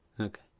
Okay